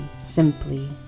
Simply